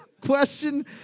Question